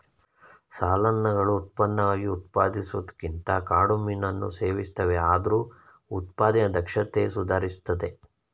ಸಾಲ್ಮನ್ಗಳು ಉತ್ಪನ್ನವಾಗಿ ಉತ್ಪಾದಿಸುವುದಕ್ಕಿಂತ ಕಾಡು ಮೀನನ್ನು ಸೇವಿಸ್ತವೆ ಆದ್ರೂ ಉತ್ಪಾದನೆ ದಕ್ಷತೆಯು ಸುಧಾರಿಸ್ತಿದೆ